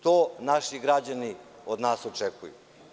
To naši građani od nas očekuju.